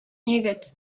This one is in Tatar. егет